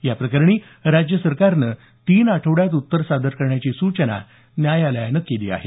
या प्रकरणी राज्य सरकारनं तीन आठवड्यात उत्तर सादर करण्याची सूचना न्यायालयानं केली आहे